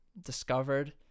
discovered